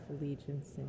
Allegiance